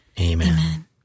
Amen